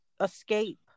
escape